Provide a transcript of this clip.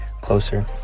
closer